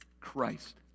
Christ